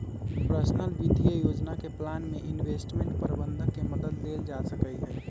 personal वित्तीय योजना के प्लान में इंवेस्टमेंट परबंधक के मदद लेल जा सकलई ह